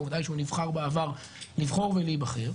העובדה היא שהוא נבחר בעבר לבחור ולהיבחר.